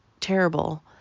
terrible